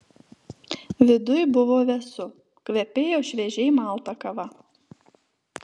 viduj buvo vėsu kvepėjo šviežiai malta kava